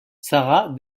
sarah